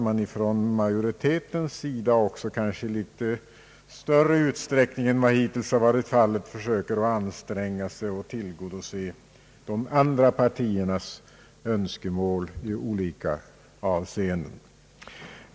Majoriteten skulle ju i litet större utsträckning än hittills kunna försöka anstränga sig att tillgodose de övriga partiernas önskemål i olika avseenden.